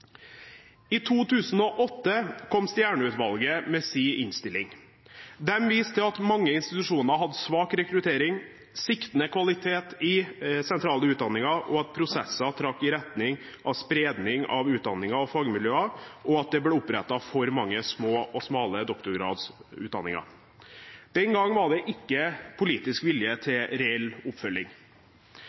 I 2008 kom Stjernø-utvalget med sin innstilling. De viste til at mange institusjoner hadde svak rekruttering og sviktende kvalitet i sentrale utdanninger, at prosesser trakk i retning av spredning av utdanninger og fagmiljøer, og at det ble opprettet for mange små og smale doktorgradsutdanninger. Den gang var det ikke politisk vilje til reell oppfølging.